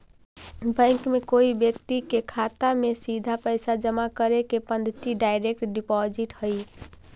bank में कोई व्यक्ति के खाता में सीधा पैसा जमा करे के पद्धति डायरेक्ट डिपॉजिट हइ